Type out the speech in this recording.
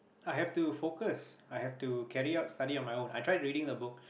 I have to focus I have to carry out study on my own I tried reading the book